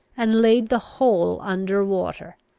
and laid the whole under water.